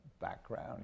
background